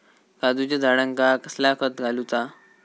काजूच्या झाडांका कसला खत घालूचा?